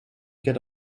get